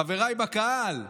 חבריי בקהל,